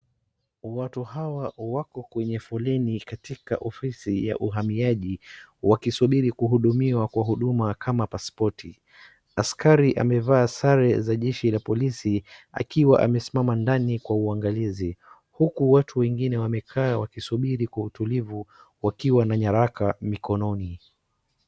Watu hawa wako kwenye foleni katika ofisi ya uhamiaji wakisubiri kuhudumiwa kwa huduma kama passpoti. Askari amevaa sare za jeshi la polisi akiwa amesimama ndani kwa uangalizi, huku watu wengine wamekaa wakisubiri kwa utulivu wakiwa na nyaraka mikononi.